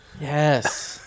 Yes